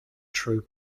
true